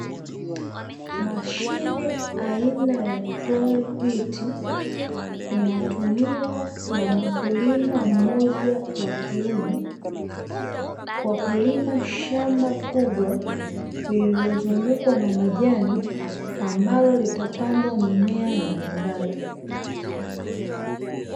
Mashine aina ya "TROY-BILT", inatumiwa na mkulima mmoja wa kiume kwa kulima shamba kubwa lililozungukwa na majani, ambalo litapandwa mimea mbalimbali.